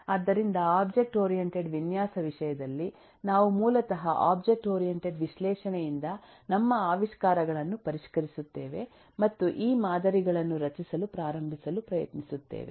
ಆದ್ದರಿಂದ object oriented ವಿನ್ಯಾಸ ವಿಷಯದಲ್ಲಿ ನಾವು ಮೂಲತಃ ಒಬ್ಜೆಕ್ಟ್ ಓರಿಯೆಂಟೆಡ್ ವಿಶ್ಲೇಷಣೆಯಿಂದ ನಮ್ಮ ಆವಿಷ್ಕಾರಗಳನ್ನು ಪರಿಷ್ಕರಿಸುತ್ತೇವೆ ಮತ್ತು ಈ ಮಾದರಿಗಳನ್ನು ರಚಿಸಲು ಪ್ರಾರಂಭಿಸಲು ಪ್ರಯತ್ನಿಸುತ್ತೇವೆ